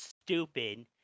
stupid